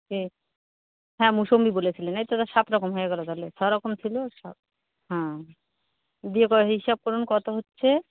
কে হ্যাঁ মোসম্বি বলেছিলেন এই তো সাত রকম হয়ে গেল তাহলে ছ রকম ছিল সাত হ্যাঁ দিয়ে কয় হিসাব করুন কত হচ্ছে